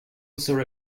sort